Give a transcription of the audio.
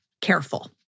careful